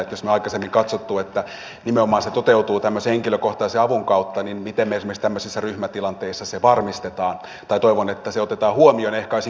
eli jos me olemme aikaisemmin katsoneet että se toteutuu nimenomaan tämmöisen henkilökohtaisen avun kauttani miten estämisessä ryhmätilanteissa se kautta niin toivon että otetaan huomioon miten me esimerkiksi tämmöisessä ryhmätilanteessa sen varmistamme